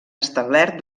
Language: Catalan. establert